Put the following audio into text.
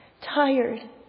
tired